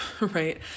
right